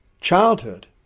childhood